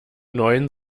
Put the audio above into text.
neuen